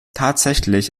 tatsächlich